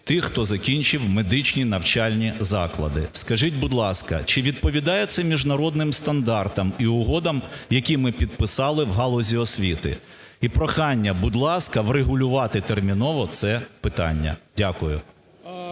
тих, хто закінчив медичні навчальні заклади. Скажіть, будь ласка, чи відповідає це міжнародним стандартам і угодам, які ми підписали у галузі освіти? І прохання, будь ласка, врегулювати терміново це питання. Дякую.